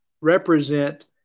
represent